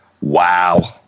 Wow